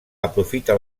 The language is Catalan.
aprofita